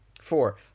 Four